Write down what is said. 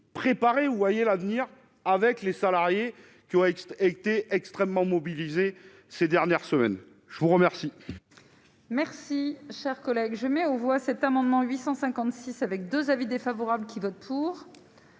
préparez ou vous voyez l'avenir avec les salariés qui ont été extrêmement mobilisés ces dernières semaines, je vous remercie.